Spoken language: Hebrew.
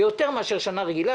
זה יותר מאשר שנה רגילה,